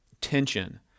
tension